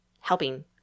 helping